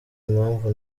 impamvu